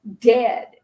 dead